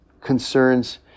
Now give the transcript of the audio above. concerns